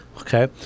okay